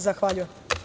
Zahvaljujem.